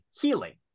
healing